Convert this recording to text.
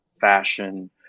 fashion